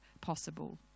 possible